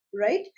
right